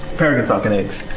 peregrine falcon eggs.